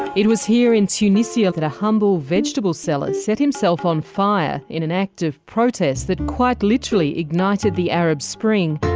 it was here in tunisia that a humble vegetable seller set himself on fire, in an act of protest that quite literally ignited the arab spring.